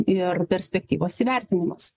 ir perspektyvos įvertinimas